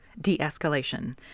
de-escalation